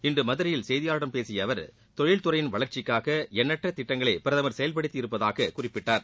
இன்று மதுரையில் செய்தியாளர்களிடம் பேசிய அவர் தொழில் துறையின் வளர்ச்சிக்காக எண்ணற்ற திட்டங்களை பிரதமர் செயல்படுத்தி இருப்பதாகக் குறிப்பிட்டார்